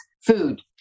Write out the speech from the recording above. food